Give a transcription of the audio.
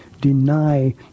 deny